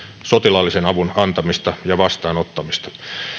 sotilaallisen avun antamista ja vastaanottamista